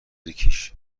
کیش